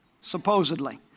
supposedly